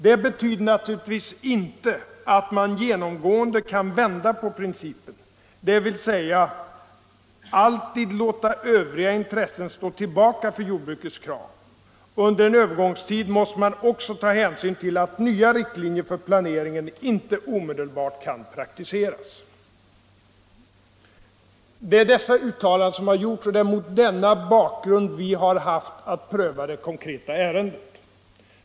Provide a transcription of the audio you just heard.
Det betyder naturligtvis inte att man genomgående kan vända på principen, dvs. alltid låta övriga intressen stå tillbaka för jordbrukets krav. Under en övergångstid måste man också ta hänsyn till att nya riktlinjer för planeringen inte omedelbart kan praktiseras.” Det är dessa uttalanden som har gjorts, och det är mot denna bakgrund som vi har haft att pröva det konkreta ärendet.